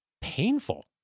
painful